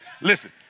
listen